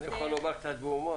אני יכול לומר בהומור?